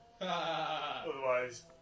otherwise